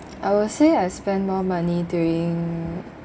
I will say I spend more money during